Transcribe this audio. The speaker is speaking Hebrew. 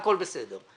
הכול בסדר.